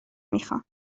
میخان